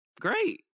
great